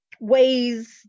ways